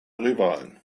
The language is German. rivalen